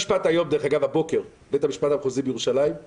המתיישבים ביהודה ושומרון מופלים בכל מיני שירותים שהם מקבלים מהמדינה,